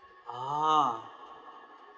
ah